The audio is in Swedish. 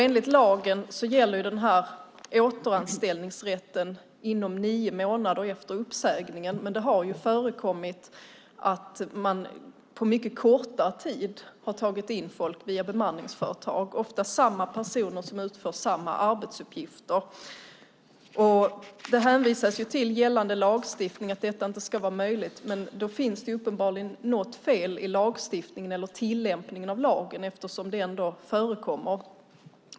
Enligt lagen gäller återanställningsrätten i nio månader efter uppsägningen. Det har förekommit att man efter mycket kortare tid har tagit in folk via bemanningsföretag - ofta samma personer för samma arbetsuppgifter. Det hänvisas till att detta inte ska vara möjligt enligt gällande lagstiftning. Det är uppenbarligen något fel i lagstiftningen eller i tillämpningen av lagen eftersom det förekommer.